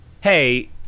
hey